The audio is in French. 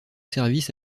services